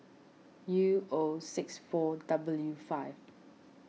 U O six four W five